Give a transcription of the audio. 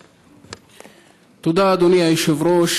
תודה, אדוני היושב-ראש.